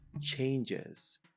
changes